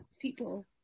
people